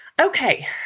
Okay